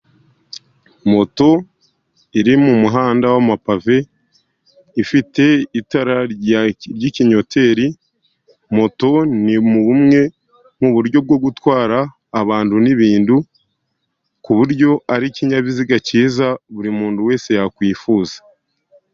Moto iri mu muhanda w'amapave ifite itara ry'kinyoteri, moto ni mu bumwe mu buryo bwo gutwara abantu n'ibintu, ku buryo ari ikinyabiziga cyiza buri muntu wese yakwifuza.